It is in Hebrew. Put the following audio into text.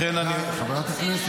לכן אני אומר, אתה יודע, ארז?